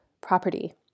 property